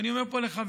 ואני אומר פה לחבריי: